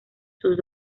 sus